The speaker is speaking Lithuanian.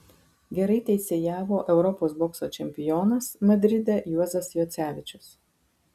gerai teisėjavo europos bokso čempionas madride juozas juocevičius